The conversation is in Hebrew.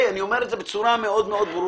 אני אומר את זה בצורה מאוד ברורה,